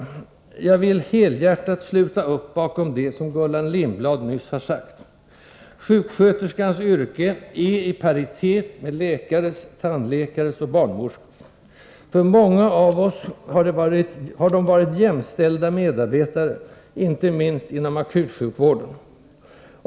Jag vill helhjärtat sluta upp bakom det som Gullan Lindblad nyss har sagt. Sjuksköterskans yrke är i paritet med läkares, tandläkares och barnmorskors. För många av oss har sjuksköterskorna varit jämställda medarbetare, inte minst inom akutsjukvården.